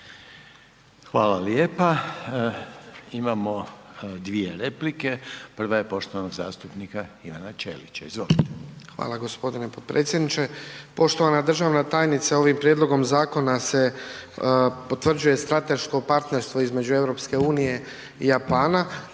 Hvala lijepa. Imamo dvije replike. Prva je poštovanog zastupnika Ivana Ćelića. Izvolite. **Ćelić, Ivan (HDZ)** Hvala g. potpredsjedniče. Poštovana državna tajnice, ovim prijedlogom zakona se potvrđuje strateško partnerstvo između EU i Japana.